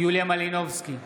יוליה מלינובסקי,